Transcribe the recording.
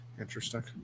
Interesting